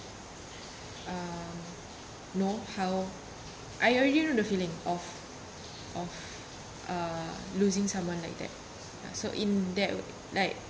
um know how I already know the feeling of of uh losing someone like that so in that like